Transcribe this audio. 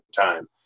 time